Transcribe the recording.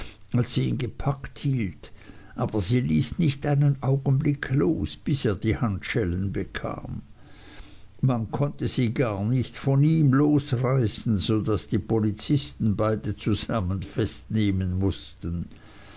als sie ihn gepackt hielt aber sie ließ nicht einen augenblick los bis er die handschellen bekam man konnte sie gar nicht von ihm losreißen sodaß die polizisten beide zusammen festnehmen mußten